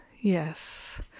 Yes